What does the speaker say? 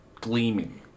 Gleaming